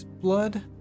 blood